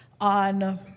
on